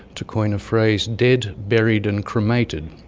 to coin a phrase, dead, buried, and cremated.